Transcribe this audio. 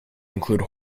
include